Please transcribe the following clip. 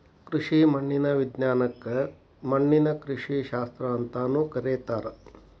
ಕೃಷಿ ಮಣ್ಣಿನ ವಿಜ್ಞಾನಕ್ಕ ಮಣ್ಣಿನ ಕೃಷಿಶಾಸ್ತ್ರ ಅಂತಾನೂ ಕರೇತಾರ